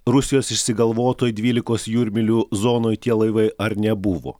rusijos išsigalvotoj dvyliko jūrmylių zonoj tie laivai ar nebuvo